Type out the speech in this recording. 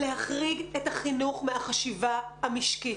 להחריג את החינוך מהחשיבה המשקית.